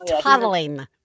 toddling